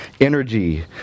energy